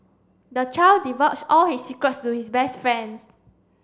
the child divulged all his secrets to his best friends